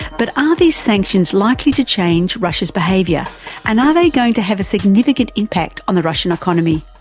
but are these sanctions likely to change russia's behaviour and are they going to have a significant impact on the russian economy?